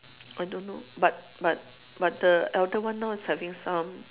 I don't know but but but the elder one now is having some